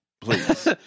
please